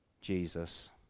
jesus